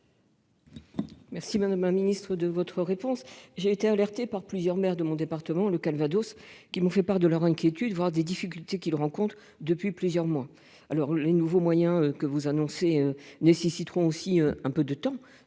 Merci madame un Ministre de votre réponse. J'ai été alertée par plusieurs maires de mon département, le Calvados, qui m'ont fait part de leur inquiétude, voire des difficultés qu'il rencontre depuis plusieurs mois. Alors les nouveaux moyens que vous annoncez nécessiteront aussi un peu de temps,